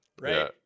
right